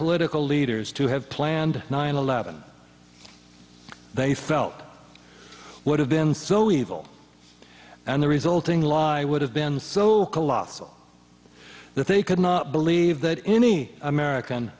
political leaders to have planned nine eleven they felt would have been so evil and the resulting loss i would have been so colossal that they could not believe that any american